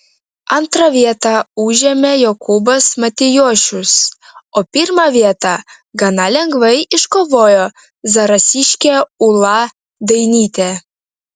antrą vietą užėmė jokūbas matijošius o pirmą vietą gana lengvai iškovojo zarasiškė ūla dainytė